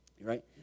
right